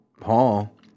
Paul